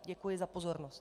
Děkuji za pozornost.